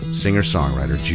singer-songwriter